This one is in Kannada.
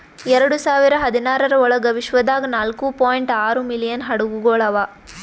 ಎರಡು ಸಾವಿರ ಹದಿನಾರರ ಒಳಗ್ ವಿಶ್ವದಾಗ್ ನಾಲ್ಕೂ ಪಾಯಿಂಟ್ ಆರೂ ಮಿಲಿಯನ್ ಹಡಗುಗೊಳ್ ಅವಾ